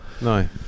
no